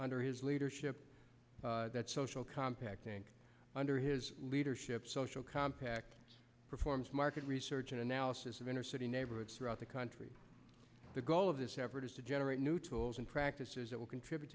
er his leadership that social compact under his leadership social compact performs market research and analysis of inner city neighborhoods throughout the country the goal of this effort is to generate new tools and practices that will contribute